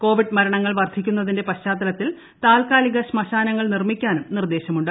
Covid മരണങ്ങൾ വ്ർദ്ധീക്കുന്നതിന്റെ പശ്ചാത്തലത്തിൽ താൽക്കാലിക ശ്മശാനങ്ങൾ നിർമ്മിക്കാനും നിർദ്ദേശമുണ്ട്